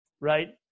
right